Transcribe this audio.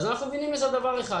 אנו מבינים מזה דבר אחד